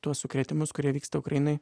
tuos sukrėtimus kurie vyksta ukrainoj